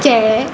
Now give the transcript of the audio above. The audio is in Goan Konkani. केळें